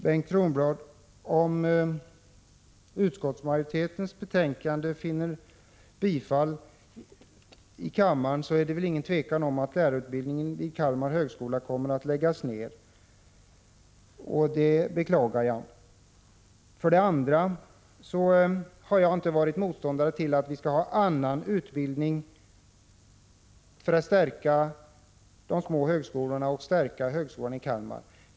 Herr talman! Om utskottsmajoritetens hemställan vinner bifall i kammaren är det väl inget tvivel om att lärarutbildningen vid Kalmar högskola kommer att läggas ned, Bengt Kronblad. Det beklagar jag. Jag har inte varit motståndare till att vi skall ha annan utbildning för att stärka högskolan i Kalmar.